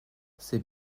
c’est